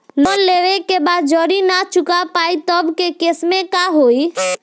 Loan लेवे के बाद जड़ी ना चुका पाएं तब के केसमे का होई?